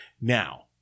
Now